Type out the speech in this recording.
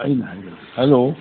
hello